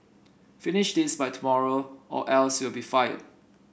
finish this by tomorrow or else you'll be fired